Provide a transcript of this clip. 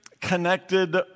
connected